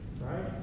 Right